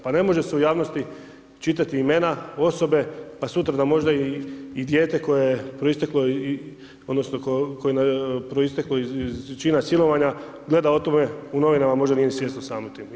Pa ne može se u javnosti čitati imena osobe, a sutra da možda i dijete koje je proisteklo, odnosno, koje je proisteklo iz čina silovanja gleda o tome u novinama možda nije ni svjesno samo toga.